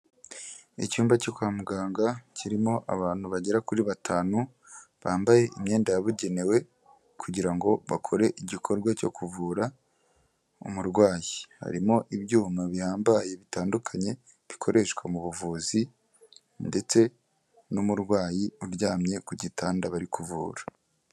Icyumba cyo kwa muganga kirimo abantu bagera kuri batanu, bambaye imyenda yabugenewe kugira ngo bakore igikorwa cyo kuvura umurwayi, harimo ibyuma bihambaye bitandukanye, bikoreshwa mu buvuzi ndetse n'umurwayi uryamye ku gitanda bari kuvura.